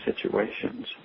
situations